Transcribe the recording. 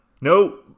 no